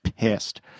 pissed